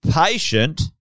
patient